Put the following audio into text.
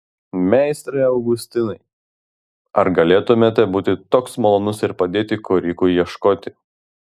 meistre augustinai ar galėtumėte būti toks malonus ir padėti korikui ieškoti